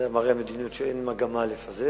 וזה מראה על המדיניות שלי, שאין לי מגמה לפזר.